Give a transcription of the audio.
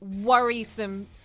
worrisome